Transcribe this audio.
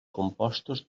compostos